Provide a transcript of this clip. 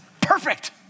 perfect